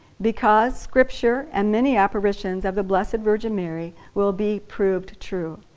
because scripture and many apparitions of the blessed virgin mary will be proved true.